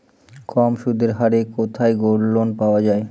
কম সুদের হারে কোথায় গোল্ডলোন পাওয়া য়ায়?